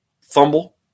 fumble